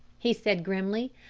he said grimly.